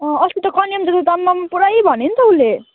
अँ अस्ति त कन्याम जाँदा त आम्म पुरै भन्यो नि त उसले